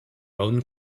own